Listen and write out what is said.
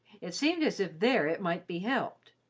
it seemed as if there it might be helped.